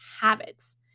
habits